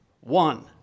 One